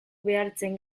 behartzen